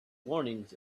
warnings